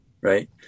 Right